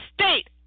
state